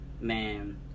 man